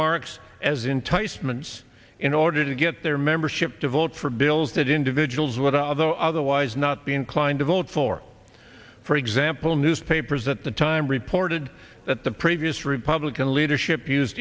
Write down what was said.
earmarks as enticements in order to get their membership to vote for bills that individuals with the otherwise not be inclined to vote for for example newspapers at the time reported that the previous republican